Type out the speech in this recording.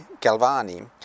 Galvani